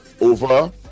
over